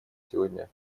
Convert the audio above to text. сегодня